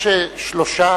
יש שלושה